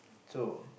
so